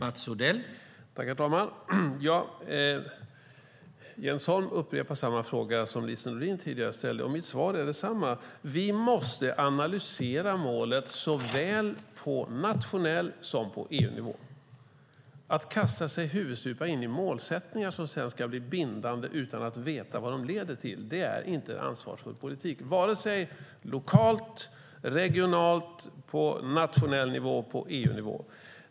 Herr talman! Jens Holm upprepar samma fråga som Lise Nordin tidigare ställde, och mitt svar är detsamma. Vi måste analysera målet såväl på nationell som på EU-nivå. Att kasta sig huvudstupa in i målsättningar som sedan ska bli bindande utan att veta vad de leder till är inte en ansvarsfull politik vare sig lokalt, regionalt, på nationell nivå eller på EU-nivå.